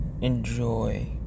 enjoy